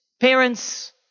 parents